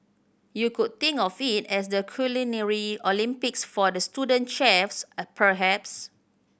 you could think of it as the Culinary Olympics for the student chefs at perhaps